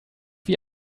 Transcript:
wie